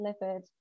delivered